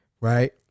right